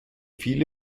viele